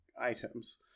items